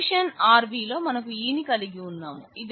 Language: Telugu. రిలేషన్ Rvలో మనకు E ని కలిగి ఉన్నాం